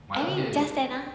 I mean just send ah